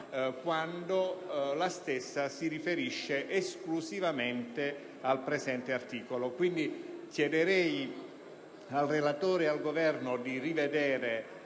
quando la stessa si riferisce esclusivamente al presente articolo. Quindi, chiedo al relatore e al rappresentante del